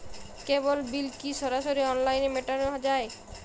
কেবল bill কি সরাসরি অনলাইনে মেটানো য়ায়?